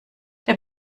der